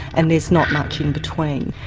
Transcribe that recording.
and there's not much in between.